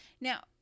now